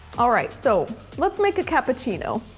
alright so, let's make a cappuccino.